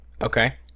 okay